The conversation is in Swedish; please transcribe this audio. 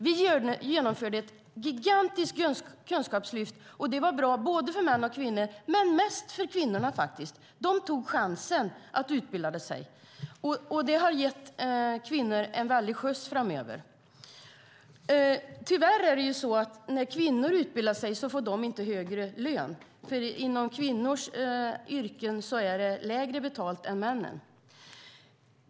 Vi genomförde ett gigantiskt kunskapslyft. Det var bra för både män och kvinnor, men mest för kvinnorna. De tog chansen att utbilda sig. Det har gett kvinnor en väldig skjuts framåt. Tyvärr är det så att när kvinnor utbildar sig får de inte högre lön, för inom kvinnoyrken är det lägre betalt.